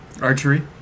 archery